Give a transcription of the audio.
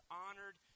honored